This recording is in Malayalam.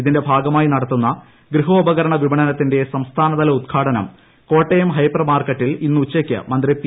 ഇതിന്റെ ഭാഗമായി നടത്തുന്ന ഗൃഹോപകരണ വിപണനത്തിന്റെ സംസ്ഥാനതല ഉദ്ഘാടനം കോട്ടയം ഹൈപ്പർ മാർക്കറ്റിൽ ഇന്ന് ഉച്ചയ്ക്ക് മന്ത്രി പി